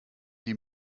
die